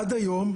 עד היום,